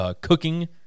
cooking –